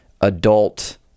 adult